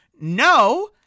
no